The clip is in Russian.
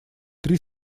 три